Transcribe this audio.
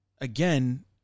again